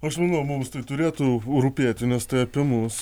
aš manau mums tai turėtų rūpėti nes tai apie mus